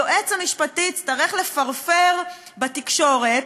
היועץ המשפטי יצטרך לפרפר בתקשורת,